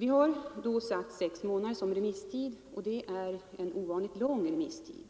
Vi har satt sex månader som remisstid, vilket är en ovanligt lång tid.